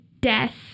death